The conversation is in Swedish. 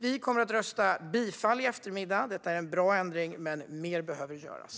Vi kommer att yrka bifall i eftermiddag till förslaget. Det här är en bra ändring, men mer behöver göras.